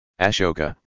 Ashoka